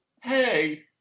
Hey